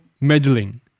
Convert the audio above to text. meddling